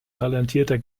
talentierter